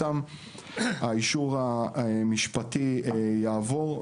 האישור המשפטי יעבור,